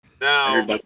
Now